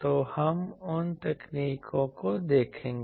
तो हम उन तकनीकों को देखेंगे